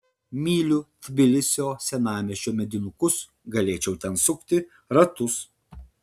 myliu tbilisio senamiesčio medinukus galėčiau ten sukti ratus